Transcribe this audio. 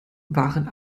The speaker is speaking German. waren